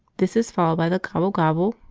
this is followed by the gobble-gobble,